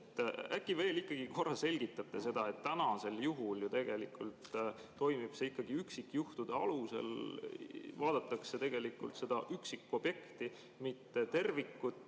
Äkki veel ikkagi korra selgitate seda. Tänasel juhul ju tegelikult toimub see ikkagi üksikjuhtude alusel, vaadatakse seda üksikobjekti, mitte tervikut,